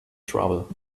trouble